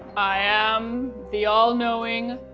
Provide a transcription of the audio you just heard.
i am the all-knowing.